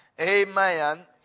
Amen